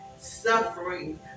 suffering